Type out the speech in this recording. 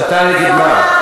הסתה נגד מה?